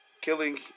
Killing